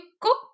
cook